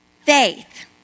faith